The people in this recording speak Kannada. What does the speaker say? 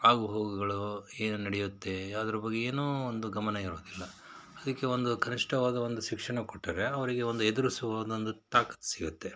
ಆಗು ಹೋಗುಗಳು ಏನು ನಡೆಯುತ್ತೆ ಯಾವುದ್ರ ಬಗ್ಗೆ ಏನೂ ಒಂದು ಗಮನ ಇರೋದಿಲ್ಲ ಅದಕ್ಕೆ ಒಂದು ಕನಿಷ್ಠವಾದ ಒಂದು ಶಿಕ್ಷಣ ಕೊಟ್ಟರೆ ಅವರಿಗೆ ಒಂದು ಎದುರಿಸುವ ಒಂದು ಒಂದು ತಾಕತ್ತು ಸಿಗುತ್ತೆ